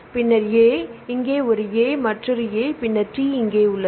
பின்னர் A இங்கே ஒரு A மற்றொரு A பின்னர் T இங்கே உள்ளது